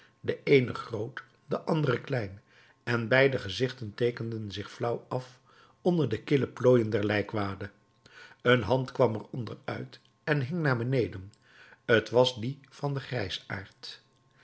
de eene groot de andere klein en beider gezichten teekenden zich flauw af onder de kille plooien der lijkwade een hand kwam er onder uit en hing naar beneden t was die van den